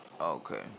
Okay